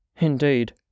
Indeed